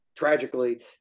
Tragically